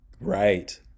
right